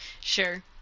sure